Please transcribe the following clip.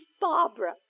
Barbara